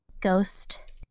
ghost